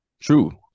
True